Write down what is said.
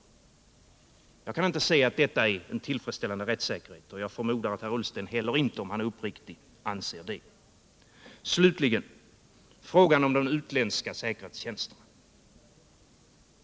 Jag kan inte se att detta är en tillfredsställande rättssäkerhet, och jag förmodar att inte heller herr Ullsten, om han är uppriktig, anser det. Slutligen till frågan om den utländska säkerhetstjänsten.